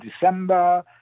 december